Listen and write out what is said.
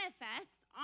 manifests